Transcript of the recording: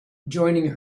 joining